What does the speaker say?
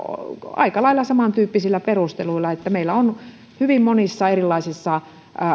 aika lailla samantyyppisillä perusteluilla että meillä on hyvin monissa erilaisissa